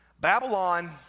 Babylon—